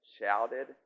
shouted